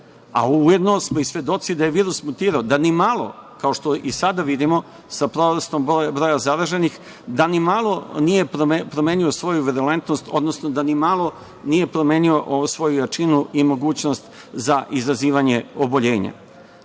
sada. Ujedno smo i svedoci da je virus mutirao, da ni malo, kao i što i sada vidimo sa porastom broja zaraženih, nije promenio svoju ekvivalentnost, odnosno da nimalo nije promenio svoju jačinu i mogućnost za izazivanje oboljenja. Ono